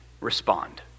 respond